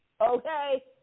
okay